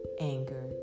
anger